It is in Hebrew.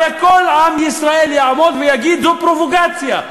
הרי כל עם ישראל יעמוד ויגיד: זו פרובוקציה.